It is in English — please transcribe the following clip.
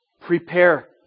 prepare